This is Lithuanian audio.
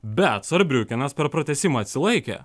bet sarbriukenas per pratęsimą atsilaikė